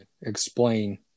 explain